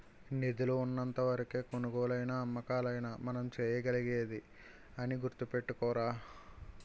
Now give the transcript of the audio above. నిధులు ఉన్నంత వరకే కొనుగోలైనా అమ్మకాలైనా మనం చేయగలిగేది అని గుర్తుపెట్టుకోరా